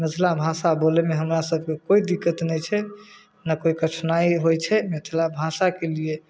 मिथला भाषा बोलैमे हमरा सबके कोइ दिक्कत नहि छै ने कोइ कठिनाइ होइ छै मिथला भाषाके लिए